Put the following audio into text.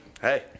Hey